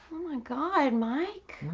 oh my god mike.